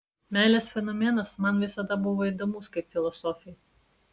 meilės fenomenas man visada buvo įdomus kaip filosofei